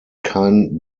kein